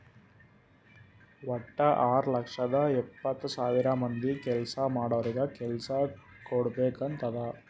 ವಟ್ಟ ಆರ್ ಲಕ್ಷದ ಎಪ್ಪತ್ತ್ ಸಾವಿರ ಮಂದಿ ಕೆಲ್ಸಾ ಮಾಡೋರಿಗ ಕೆಲ್ಸಾ ಕುಡ್ಬೇಕ್ ಅಂತ್ ಅದಾ